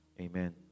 Amen